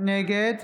נגד